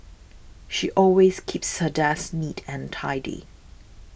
she always keeps her desk neat and tidy